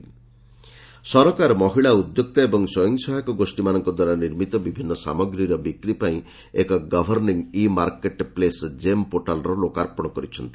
ଗମେଣ୍ଟ୍ GEM ସରକାର ମହିଳା ଉଦ୍ୟୋକ୍ତା ଏବଂ ସ୍ୱୟଂସହାୟକ ଗୋଷୀମାନଙ୍କ ଦ୍ୱାରା ନିର୍ମିତ ବିଭିନ୍ନ ସାମଗ୍ରୀର ବିକ୍ରି ପାଇଁ ଏକ governing e market place GEM ପୋର୍ଟାଲ୍ର ଲୋକାର୍ପଣ କରିଛନ୍ତି